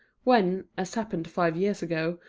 when, as happened five years ago,